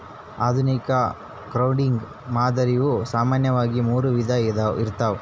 ಆಧುನಿಕ ಕ್ರೌಡ್ಫಂಡಿಂಗ್ ಮಾದರಿಯು ಸಾಮಾನ್ಯವಾಗಿ ಮೂರು ವಿಧ ಇರ್ತವ